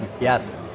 yes